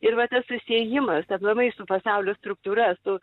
ir va tas susiejimas aplamai su pasaulio struktūra su